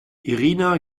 irina